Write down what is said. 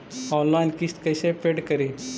Online किस्त कैसे paid करि?